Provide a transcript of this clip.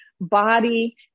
body